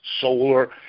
solar